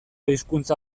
hizkuntza